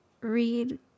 read